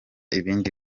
ibindi